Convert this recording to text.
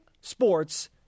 sports